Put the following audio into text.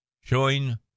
showing